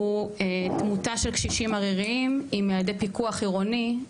הוא תמותה של קשישים עריריים עם יעדי פיקוח עירוני.